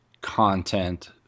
content